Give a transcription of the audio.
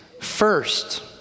first